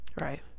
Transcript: Right